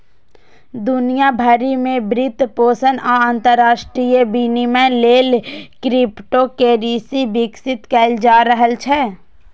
दुनिया भरि मे वित्तपोषण आ अंतरराष्ट्रीय विनिमय लेल क्रिप्टोकरेंसी विकसित कैल जा रहल छै